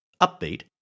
upbeat